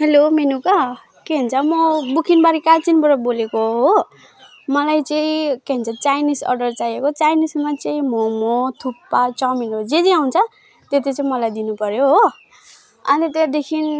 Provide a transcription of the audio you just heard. hello Menuka के भन्छ मो बुकिनबारी कालचिनबाट बोलेको हो मलाई चाहिँ के भन्छ चाइनिज अर्डर चाहिएको चाइनिजमा चाहिँ मोमो थुक्पा चौमिनहरू जे जे आउँछ त्यो त्यो चाहिँ मलाई दिनु पर्यो हो अन्त त्याँदेखिन्